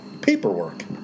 paperwork